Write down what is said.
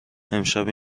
امشب